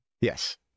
Yes